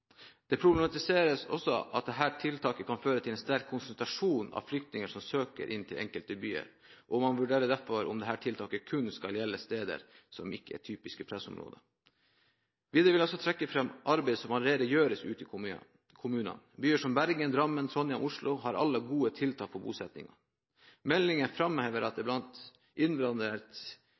Det problematiseres også at dette tiltaket kan føre til en sterk konsentrasjon av flyktninger som søker inn til enkelte byer, og man vurderer derfor om dette tiltaket kun skal gjelde steder som ikke er typiske pressområder. Videre vil jeg trekke fram arbeidet som allerede gjøres ute i kommunene. Byer som Bergen, Drammen, Trondheim og Oslo har alle gode tiltak for bosettinger. Meldingen framhever at det blant